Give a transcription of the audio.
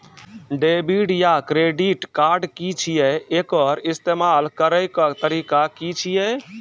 Debit या credit card की छियै? एकर इस्तेमाल करैक तरीका की छियै?